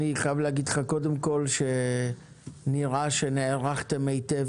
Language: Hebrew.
אני חייב להגיד לך קודם כל שנראה שנערכתם היטב